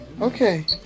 Okay